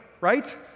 right